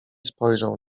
spojrzał